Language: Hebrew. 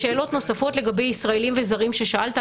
לשאלות נוספות לגבי ישראלים וזרים ששאלת,